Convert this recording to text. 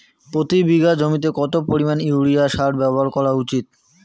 প্রতি বিঘা জমিতে কত পরিমাণ ইউরিয়া সার ব্যবহার করা উচিৎ?